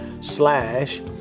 slash